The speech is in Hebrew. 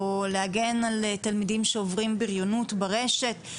להגן על תלמידים שעוברים בריונות ברשת.